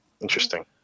Interesting